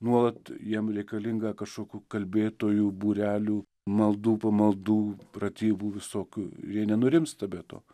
nuolat jiem reikalinga kažkokių kalbėtojų būrelių maldų pamaldų pratybų visokių jie nenurimsta be to